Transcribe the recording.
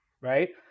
right